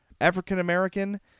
African-American